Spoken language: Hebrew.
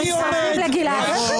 מישהו מזמין אותו באופן קבוע לכאן, כדי